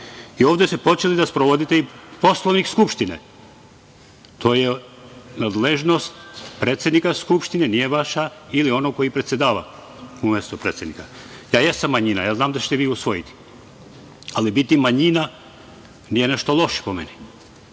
deci. Ovde ste počeli da sprovodite i Poslovnik Skupštine, to je nadležnost predsednika Skupštine, nije vaša, ili onog koji predsedava, umesto predsednika. Ja jesam manjina, ja znam da ćete vi usvojiti, ali biti manjina nije nešto loše, po meni,